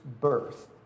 birth